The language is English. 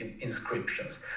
inscriptions